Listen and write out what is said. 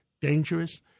dangerous